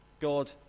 God